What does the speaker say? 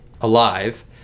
alive